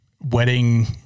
wedding